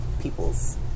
people's